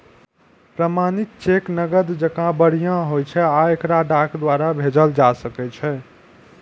प्रमाणित चेक नकद जकां बढ़िया होइ छै आ एकरा डाक द्वारा भेजल जा सकै छै